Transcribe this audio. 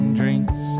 drinks